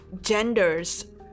genders